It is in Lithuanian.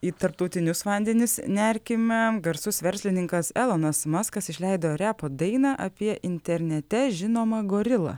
į tarptautinius vandenis nerkime garsus verslininkas elonas muskas išleido repo dainą apie internete žinomą gorilą